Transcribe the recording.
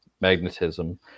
magnetism